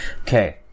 Okay